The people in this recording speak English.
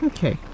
Okay